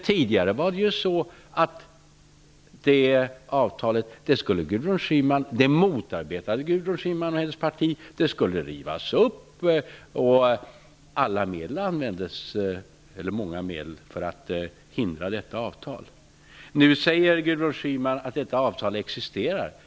Tidigare var det ju så, att Gudrun Schyman och hennes parti motarbetade det avtalet. Det skulle rivas upp, och många medel användes för att förhindra detta avtal. Nu säger Gudrun Schyman att EES-avtalet existerar.